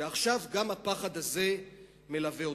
ועכשיו גם הפחד הזה מלווה אותנו.